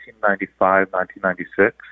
1995-1996